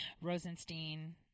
Rosenstein